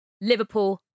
Liverpool